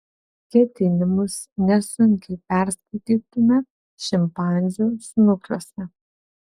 ketinimus nesunkiai perskaitytume šimpanzių snukiuose